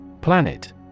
planet